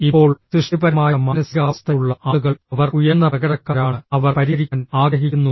ഇപ്പോൾ സൃഷ്ടിപരമായ മാനസികാവസ്ഥയുള്ള ആളുകൾ അവർ ഉയർന്ന പ്രകടനക്കാരാണ് അവർ പരിഹരിക്കാൻ ആഗ്രഹിക്കുന്നു